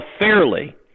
fairly